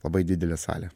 labai didelė salė